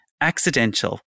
accidental